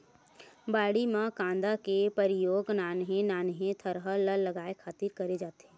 बाड़ी म मांदा के परियोग नान्हे नान्हे थरहा ल लगाय खातिर करे जाथे